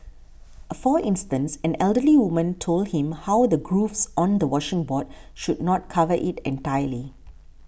for instance an elderly woman told him how the grooves on a washing board should not cover it entirely